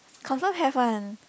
confirm have one